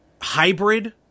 hybrid